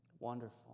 Wonderful